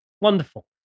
Wonderful